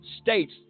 states